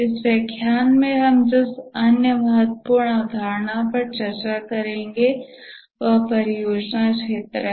इस व्याख्यान में हम जिस अन्य महत्वपूर्ण अवधारणा पर चर्चा करेंगे वह परियोजना क्षेत्र है